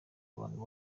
abantu